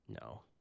no